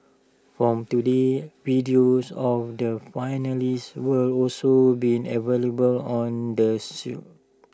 from today videos of the finalists will also be available on the